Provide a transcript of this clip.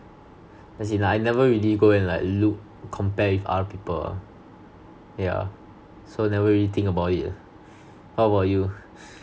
as in I never really go and like look compare with other people lah yeah so never really think about it ah how about you